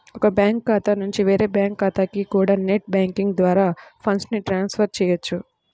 ఒక బ్యాంకు ఖాతా నుంచి వేరే బ్యాంకు ఖాతాకి కూడా నెట్ బ్యాంకింగ్ ద్వారా ఫండ్స్ ని ట్రాన్స్ ఫర్ చెయ్యొచ్చు